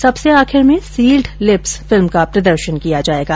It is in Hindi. सबसे आखिर में सील्ड लिप्स फिल्म का प्रदर्शन किया जाएगा